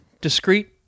discrete